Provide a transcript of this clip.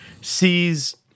sees